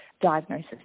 diagnosis